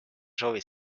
soovid